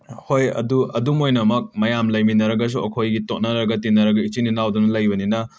ꯍꯣꯏ ꯑꯗꯨ ꯑꯗꯨꯝ ꯑꯣꯏꯅꯃꯛ ꯃꯌꯥꯝ ꯂꯩꯃꯤꯟꯅꯔꯒꯁꯨ ꯑꯩꯈꯣꯏꯒꯤ ꯇꯣꯠꯅꯔꯒ ꯇꯤꯟꯅꯔꯒ ꯏꯆꯤꯟ ꯏꯅꯥꯎꯗꯧꯅ ꯂꯩꯕꯅꯤꯅ